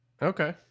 Okay